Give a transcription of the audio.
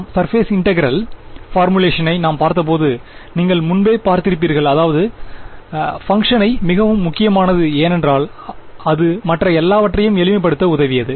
நாம் surface integral பார்முலேஷனை நாம் பார்த்தபோது நீங்கள் முன்பே பார்த்திருப்பீர்கள் அதாவது பங்ஷன் g மிகவும் முக்கியமானது ஏனென்றால் அது மற்ற எல்லாவற்றையும் எளிமைபடுத்த உதவியது